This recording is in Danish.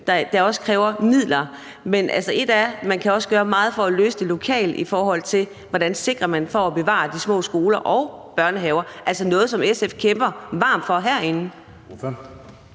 også kræver midler. Men man kan også gøre meget for lokalt at løse, hvordan man sikrer bevarelse af de små skoler og børnehaver, altså noget, som SF kæmper hårdt for herinde.